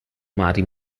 marry